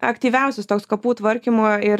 aktyviausias toks kapų tvarkymo ir